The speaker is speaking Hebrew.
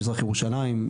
מזרח ירושלים,